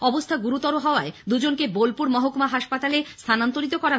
অবস্থা গুরুতর হওয়ায় দুজনকে বোলপুর মহকুমা হাসপাতালে স্থানান্তরিত করা হয়